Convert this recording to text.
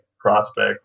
prospect